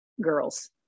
girls